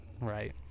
Right